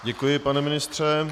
Děkuji, pane ministře.